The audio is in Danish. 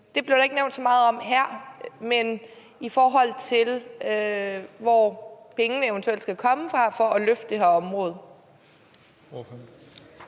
Det blev der ikke nævnt så meget om her. Men hvor skal pengene eventuelt komme fra til at løfte det her område?